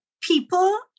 People